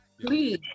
Please